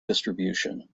distribution